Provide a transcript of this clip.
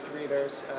readers